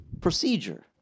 procedure